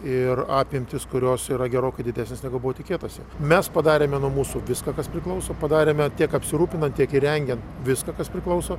ir apimtys kurios yra gerokai didesnės negu buvo tikėtasi mes padarėme nuo mūsų viską kas priklauso padarėme tiek apsirūpinant tiek įrengiant viską kas priklauso